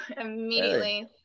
immediately